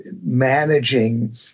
managing